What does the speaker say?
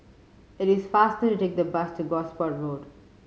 it is faster to take the bus to Gosport Road